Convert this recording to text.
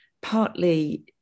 partly